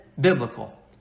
biblical